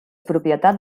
propietat